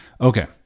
Okay